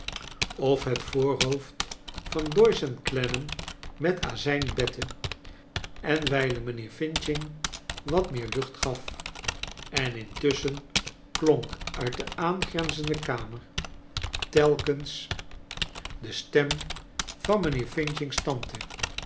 of het voorhooi'd van doyce en clennam met azijn betle en wijlen mijnheer f wat meer jucht gaf en intussehen kionk uit de aansrrenzerjde kamer te kens de stem van mijnheer f s tante